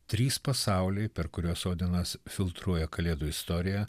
trys pasauliai per kuriuos odenas filtruoja kalėdų istoriją